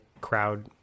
crowd